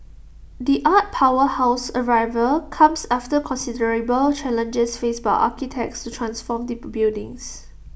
the art powerhouse's arrival comes after considerable challenges faced by architects to transform the buildings